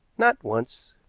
not once.